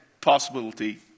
possibility